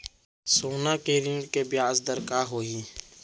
सोना के ऋण के ब्याज दर का होही?